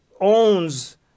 owns